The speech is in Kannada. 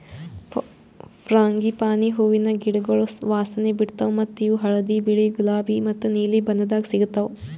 ಫ್ರಾಂಗಿಪಾನಿ ಹೂವಿನ ಗಿಡಗೊಳ್ ವಾಸನೆ ಬಿಡ್ತಾವ್ ಮತ್ತ ಇವು ಹಳದಿ, ಬಿಳಿ, ಗುಲಾಬಿ ಮತ್ತ ನೀಲಿ ಬಣ್ಣದಾಗ್ ಸಿಗತಾವ್